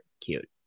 cute